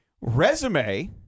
resume